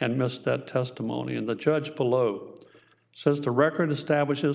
and missed that testimony in the charge below says the record establishes